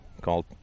called